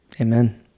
Amen